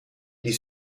die